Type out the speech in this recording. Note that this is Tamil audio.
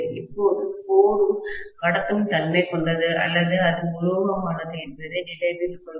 இப்போது கோரும் கடத்தும் தன்மை கொண்டது அல்லது அது உலோகமானது என்பதை நினைவில் கொள்க